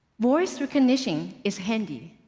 voice recognition is handy,